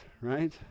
right